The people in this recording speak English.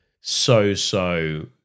so-so